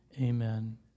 Amen